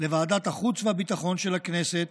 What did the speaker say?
לוועדת החוץ והביטחון של הכנסת